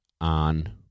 on